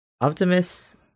Optimus